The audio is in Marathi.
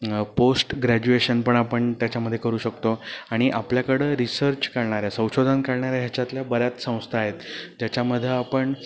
पोस्ट ग्रॅज्युएशन पण आपण त्याच्यामध्ये करू शकतो आणि आपल्याकडं रिसर्च करणाऱ्या संशोधन करणाऱ्या ह्याच्यातल्या बऱ्याच संस्था आहेत त्याच्यामध्ये आपण